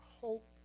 hope